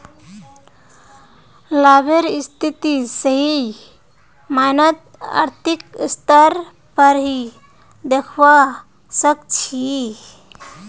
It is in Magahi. लाभेर स्थिति सही मायनत आर्थिक स्तर पर ही दखवा सक छी